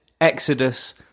Exodus